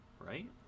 right